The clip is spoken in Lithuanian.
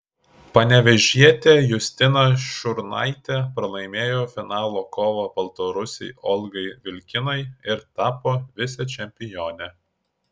panevėžietė justina šiurnaitė pralaimėjo finalo kovą baltarusei olgai vilkinai ir tapo vicečempione